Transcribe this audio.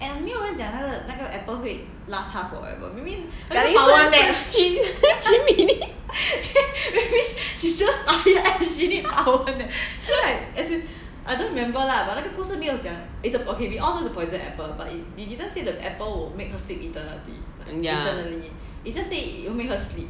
sekali 是是 three minute ya